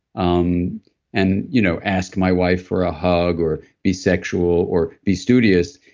um and you know ask my wife for a hug or be sexual or be studious,